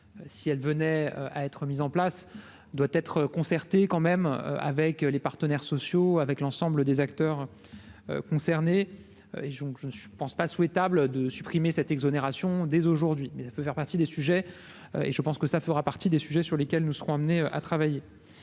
si elle venait à être mise en place doit être concertée quand même avec les partenaires sociaux, avec l'ensemble des acteurs concernés et ne je ne suis je ne pense pas souhaitable de supprimer cette exonération des aujourd'hui, mais ça peut faire partie des sujets et je pense que ça fera partie des sujets sur lesquels nous serons amenés à travailler